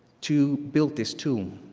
to build this tool.